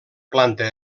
planta